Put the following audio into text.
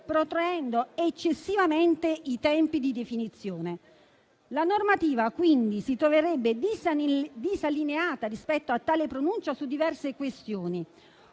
protraendo eccessivamente i tempi di definizione. La normativa, quindi, si troverebbe disallineata rispetto a tale pronuncia, su diverse questioni,